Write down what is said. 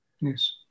yes